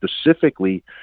specifically